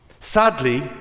Sadly